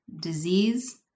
disease